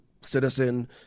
citizen